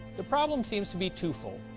the problem seems to be two-fold.